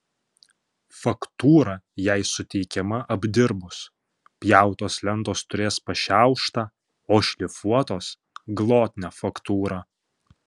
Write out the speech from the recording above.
faktūra jai suteikiama apdirbus pjautos lentos turės pašiauštą o šlifuotos glotnią faktūrą